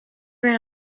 ran